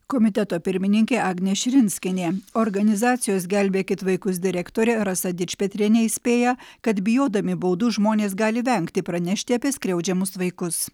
komiteto pirmininkė agnė širinskienė organizacijos gelbėkit vaikus direktorė rasa dičpetrienė įspėja kad bijodami baudų žmonės gali vengti pranešti apie skriaudžiamus vaikus